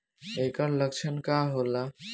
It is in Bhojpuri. ऐकर लक्षण का होला?